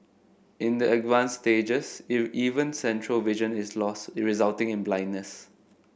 in the advanced stages it even central vision is lost resulting in blindness